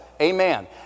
Amen